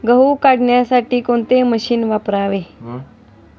गहू काढण्यासाठी कोणते मशीन वापरावे?